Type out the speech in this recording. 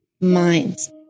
minds